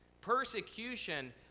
Persecution